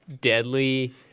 deadly